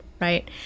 right